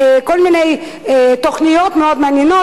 כל מיני תוכניות מאוד מעניינות,